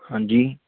ਹਾਂਜੀ